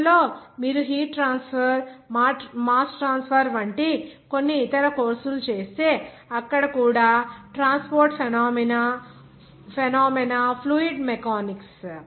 future లో మీరు heat transfer mass transfer వంటి కొన్ని ఇతర కోర్సులు చేస్తే అక్కడ కూడా ట్రాన్స్పోర్ట్ ఫెనోమేనా ఫ్లూయిడ్ మెకానిక్స్